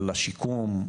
על השיקום,